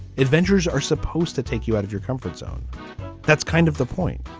adventurers are supposed to take you out of your comfort zone that's kind of the point.